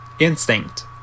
instinct